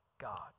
God